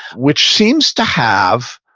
which seems to have,